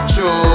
True